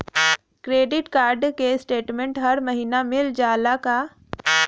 Credit card क statement हर महिना मिल जाला का?